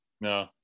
No